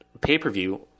pay-per-view